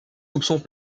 soupçons